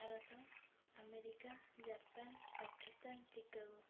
Bharat America Japan Pakistan Chicago